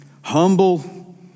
humble